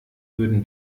würden